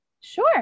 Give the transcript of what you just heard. Sure